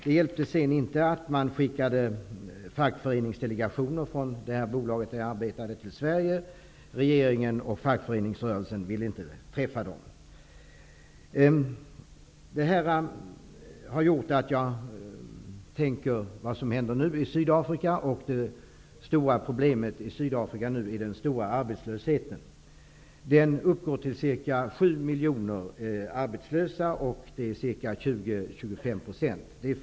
Det hjälpte sedan inte att man skickade fackföreningsdelegationer från det bolag där jag arbetade till Sverige. Regeringen och fackföreningsrörelsen ville inte träffa dem. Det här har gjort att jag särskilt vill uppmärksamma det stora problem som arbetslösheten just nu är i Sydafrika. Den drabbar ca 7 miljoner människor, vilket motsvarar 20--25 % av befolkningen.